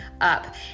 up